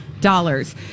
dollars